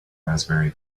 raspberry